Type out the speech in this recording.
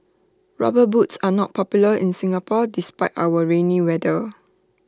rubber boots are not popular in Singapore despite our rainy weather